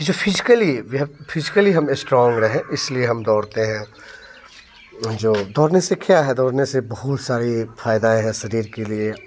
जो फिजिकली जो है फिजिकली हम इस्ट्रांग रहे इस लिए हम दौड़ते हैं जो दौड़ने से क्या है दौड़ने से बहुत सारी फ़ायदे हैं शरीर के लिए